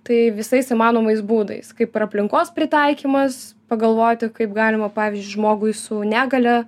tai visais įmanomais būdais kaip ir aplinkos pritaikymas pagalvoti kaip galima pavyzdžiui žmogui su negalia